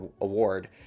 award